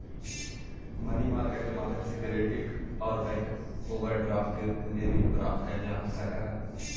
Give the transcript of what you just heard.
money market के माध्यम से क्रेडिट और बैंक ओवरड्राफ्ट के रूप में ऋण प्राप्त कैल जा सकऽ हई